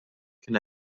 kien